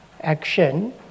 action